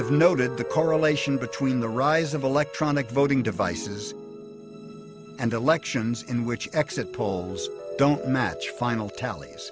have noted the correlation between the rise of electronic voting devices and elections in which exit polls don't match final tallies